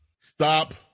Stop